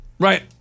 Right